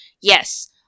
yes